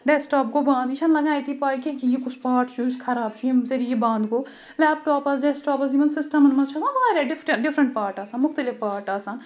desk top گوٚو بنٛد یہِ چھَنہٕ لَگان اَتی پَے کینٛہہ کہِ یہِ کُس پاٹ چھُ یُس خَراب چھُ ییٚمۍ ذٔریہِ یہِ بنٛد گوٚو لٮ۪پٹاپَس ڈیسکٹاپَس یِمَن سِسٹَمَن منٛز چھِ آسان واریاہ ڈِفٹہٕ ڈِفرَنٛٹ پاٹ آسان مُختلف پاٹ آسان